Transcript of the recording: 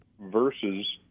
versus